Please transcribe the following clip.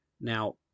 Now